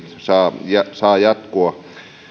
saa saa jatkua